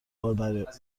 بار